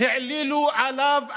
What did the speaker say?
העלילו עליו עלילות.